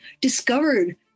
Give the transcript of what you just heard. discovered